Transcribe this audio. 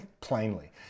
plainly